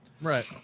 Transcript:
Right